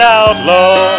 outlaw